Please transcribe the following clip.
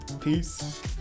Peace